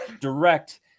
direct